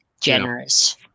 generous